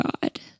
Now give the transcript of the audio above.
God